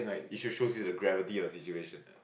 you should show the gravity of the situation